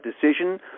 decision